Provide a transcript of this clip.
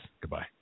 Goodbye